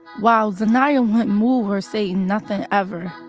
while zainaya won't move or say nothing ever.